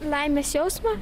laimės jausmą